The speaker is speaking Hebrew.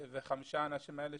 החמישה אנשים האלה,